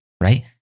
right